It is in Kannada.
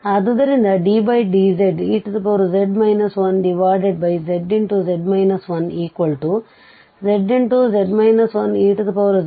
ಆದ್ದರಿಂದddz ez 1zz 1zez z2z 12